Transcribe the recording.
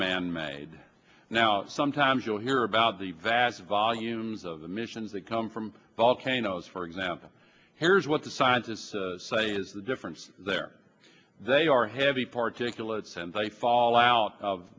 manmade now sometimes you'll hear about the vast volumes of missions that come from volcanoes for example here's what the scientists say is the difference there they are heavy particulates and they fall out of